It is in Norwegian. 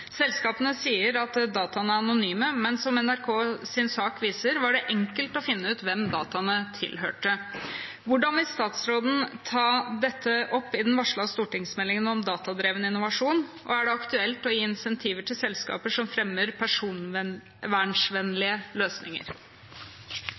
Selskapene sier at dataene er anonyme, men som NRK sin sak viser, var det enkelt å finne ut hvem dataene tilhørte. Hvordan vil statsråden ta dette opp i den varsla stortingsmeldinga om datadrevet innovasjon, og er det aktuelt å gi incentiver til selskaper som fremmer